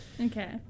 Okay